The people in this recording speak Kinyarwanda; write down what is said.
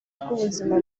rw’ubuzima